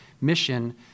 mission